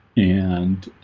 and